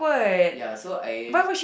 ya so I